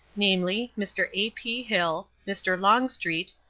namely, mr. a. p. hill, mr. longstreet,